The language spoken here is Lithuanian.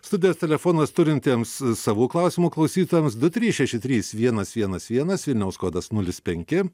studijos telefonas turintiems savų klausimų klausytojams du trys šeši trys vienas vienas vienas vilniaus kodas nulis penki